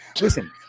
Listen